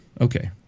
Okay